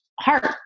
heart